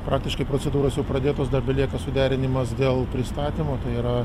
praktiškai procedūros jau pradėtos dar belieka suderinimas dėl pristatymo tai yra